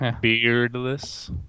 Beardless